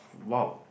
!wow!